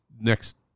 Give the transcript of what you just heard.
next